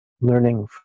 learning